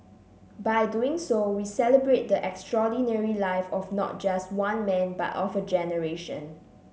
by doing so we celebrate the extraordinary life of not just one man but of a generation